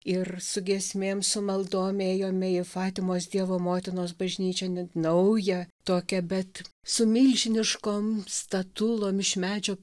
ir su giesmėm su maldom ėjome į fatimos dievo motinos bažnyčią naują tokią bet su milžiniškom statulom iš medžio